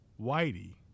Whitey